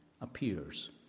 appears